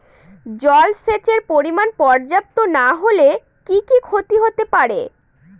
জলসেচের পরিমাণ পর্যাপ্ত না হলে কি কি ক্ষতি হতে পারে?